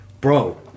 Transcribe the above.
bro